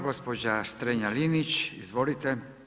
Gospođa Strenja-Linić, izvolite.